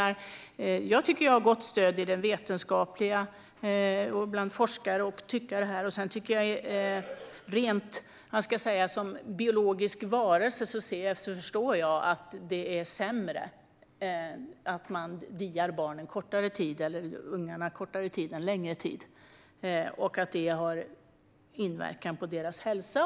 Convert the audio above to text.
Och jag tycker att jag har gott stöd hos vetenskapen och hos forskare och tyckare. Som biologisk varelse förstår jag dessutom att det är sämre att man diar barn eller ungar kortare tid än längre tid och att det har inverkan på deras hälsa.